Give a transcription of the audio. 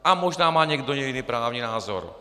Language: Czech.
A možná má někdo jiný právní názor.